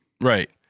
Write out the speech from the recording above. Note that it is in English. Right